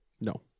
No